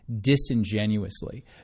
disingenuously